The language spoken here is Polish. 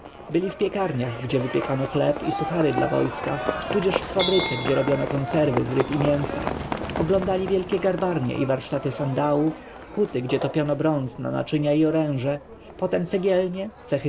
byli w piekarniach gdzie wypiekano chleb i suchary dla wojska tudzież w fabryce gdzie robiono konserwy z ryb i mięsa oglądali wielkie garbarnie i warsztaty sandałów huty gdzie topiono bronz na naczynia i oręże potem cegielnie cechy